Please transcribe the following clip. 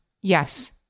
Yes